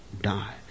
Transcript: die